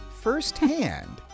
firsthand